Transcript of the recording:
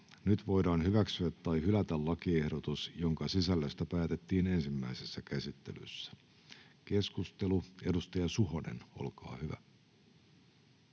Nyt voidaan hyväksyä tai hylätä lakiehdotus, jonka sisällöstä päätettiin ensimmäisessä käsittelyssä. — Keskustelu, edustaja Suhonen, olkaa hyvä.